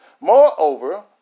Moreover